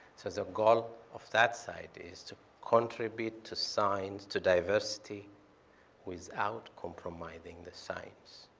so the goal of that site is to contribute to science, to diversity without compromising the science.